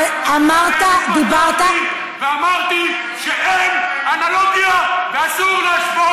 אמרת, דיברת, ואמרתי שאין אנלוגיה ואסור להשוות.